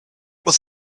was